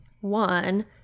One